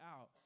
out